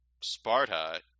Sparta